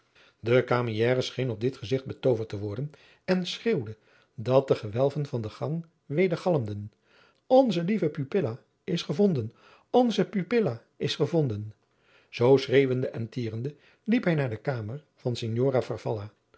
de camieriere scheen op dit gezigt betooverd te worden en schreeuwde dat de gewelven van den gang wedergalmden nostra cara pupila è trovata nostra pupila è trovata onze lieve pupila is gevonden onze pupila is gevonden zoo schreeuwende en tierende liep hij naar de kamer van signora